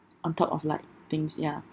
on top of like things ya